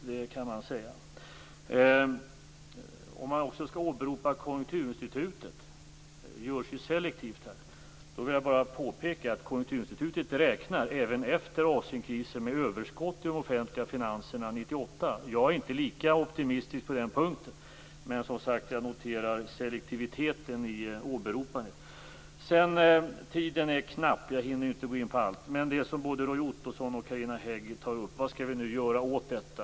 Om man skall åberopa Konjunkturinstitutet - vilket här görs selektivt - vill jag bara påpeka att Konjunkturinstitutet räknar även efter Asienkrisen med överskott i de offentliga finanserna 1998. Jag är inte lika optimistisk på den punkten. Men, som sagt, jag noterar selektiviteten i åberopandet. Tiden är knapp. Jag hinner inte gå in på allt. Men både Carina Hägg och Roy Ottosson frågade vad vi nu skall göra åt detta.